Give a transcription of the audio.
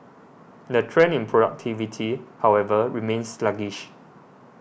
the trend in productivity however remains sluggish